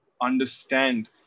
understand